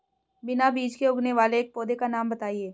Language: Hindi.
बिना बीज के उगने वाले एक पौधे का नाम बताइए